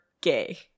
gay